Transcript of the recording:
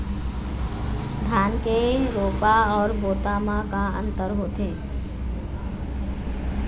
धन के रोपा अऊ बोता म का अंतर होथे?